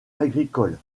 agricoles